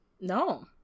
No